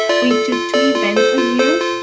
we do two events a year.